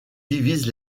divise